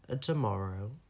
tomorrow